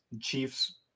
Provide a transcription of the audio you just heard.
Chiefs